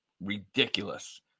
ridiculous